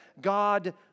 God